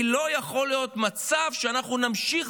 כי לא יכול להיות מצב שאנחנו נמשיך